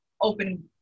open